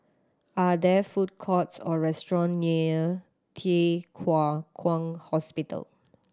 are there food courts or restaurant near Thye Hua Kwan Hospital